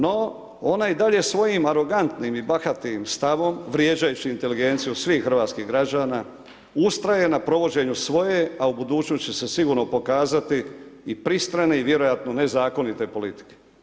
No ona i dalje svojim arogantnim i bahatim stavom, vrijeđajući inteligenciju svih hrvatskih građana ustraje na provođenju svoje, a u budućnosti će se sigurno pokazati i pristrane i vjerojatno nezakonite politike.